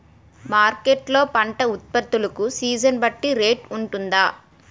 Market లొ పంట ఉత్పత్తి లకు సీజన్ బట్టి రేట్ వుంటుందా?